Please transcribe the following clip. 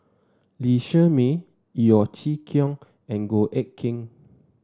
Lee Shermay Yeo Chee Kiong and Goh Eck Kheng